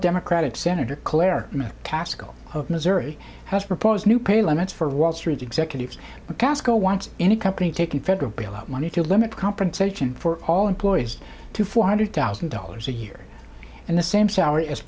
democratic senator claire mccaskill of missouri has proposed new pay limits for wall street executives casco wants any company taking federal bailout money to limit compensation for all employees to four hundred thousand dollars a year and the same salary as